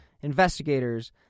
investigators